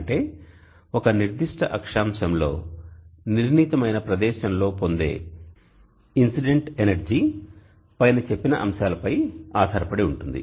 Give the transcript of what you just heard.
అంటే ఒక నిర్దిష్ట అక్షాంశం లో నిర్ణీతమైన ప్రదేశంలో పొందే ఇన్సిడెంట్ ఎనర్జీ పైన చెప్పిన అంశాలపై ఆధారపడి ఉంటుంది